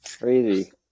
Crazy